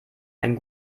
ein